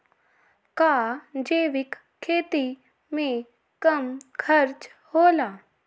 का जैविक खेती में कम खर्च होला?